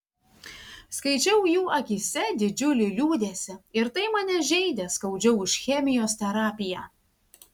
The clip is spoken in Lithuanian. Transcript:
skaičiau jų akyse didžiulį liūdesį ir tai mane žeidė skaudžiau už chemijos terapiją